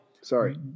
sorry